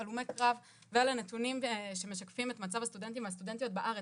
הלומי קרב ואלה נתונים שמשקפים את מצב הסטודנטים והסטודנטיות בעולם.